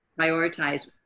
prioritize